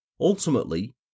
Ultimately